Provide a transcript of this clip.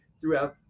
throughout